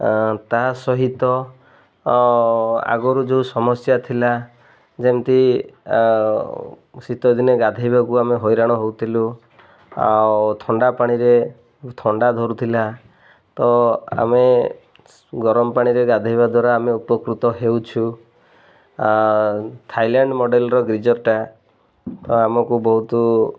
ତା ସହିତ ଆଗରୁ ଯେଉଁ ସମସ୍ୟା ଥିଲା ଯେମିତି ଶୀତ ଦିନେ ଗାଧେଇବାକୁ ଆମେ ହଇରାଣ ହଉଥିଲୁ ଆଉ ଥଣ୍ଡା ପାଣିରେ ଥଣ୍ଡା ଧରୁଥିଲା ତ ଆମେ ଗରମ ପାଣିରେ ଗାଧେଇବା ଦ୍ୱାରା ଆମେ ଉପକୃତ ହେଉଛୁ ଥାଇଲାଣ୍ଡ୍ ମଡ଼େଲ୍ର ଗିଜର୍ଟା ଆମକୁ ବହୁତ